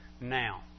now